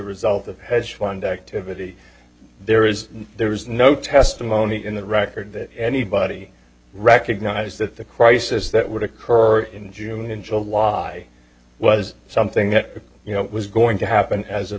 result of hedge fund activity there is there is no testimony in the record that anybody recognized that the crisis that would occur in june and july was something that you know was going to happen as